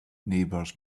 neighbors